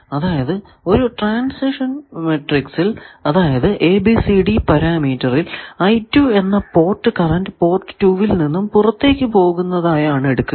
അതായതു ഒരു ട്രാൻസ്മിഷൻ മാട്രിക്സിൽ അതായതു ABCD പാരാമീറ്ററിൽ എന്ന പോർട്ട് കറന്റ് പോർട്ട് 2 ൽ നിന്നും പുറത്തേക്കു പോകുന്നതായാണ് എടുക്കുക